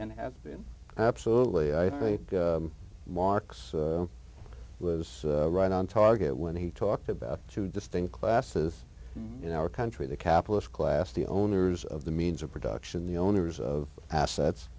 and have been absolutely i think marx was right on target when he talked about two distinct classes in our country the capitalist class the owners of the means of production the owners of assets